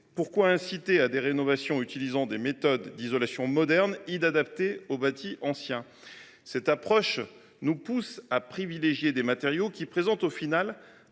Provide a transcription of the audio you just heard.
Pourquoi inciter à des rénovations utilisant des méthodes d’isolation modernes, inadaptées au bâti ancien ? Cette approche nous pousse à privilégier des matériaux qui présentent un